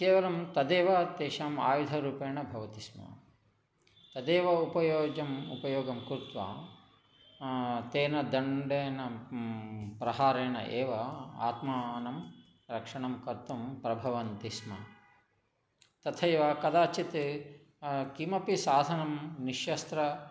केवलं तदेव तेषाम् आयुधरूपेण भवति स्म तदेव उपयुज्यम् उपयोगं कृत्वा तेन दण्डेन प्रहारेण एव आत्मानं रक्षणं कर्तुं प्रभवन्ति स्म तथैव कदाचित् किमपि साधनं निश्शस्त्र